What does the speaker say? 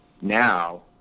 now